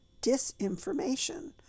disinformation